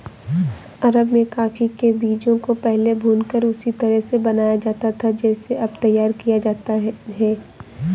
अरब में कॉफी के बीजों को पहले भूनकर उसी तरह से बनाया जाता था जैसे अब तैयार किया जाता है